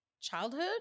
childhood